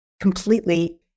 completely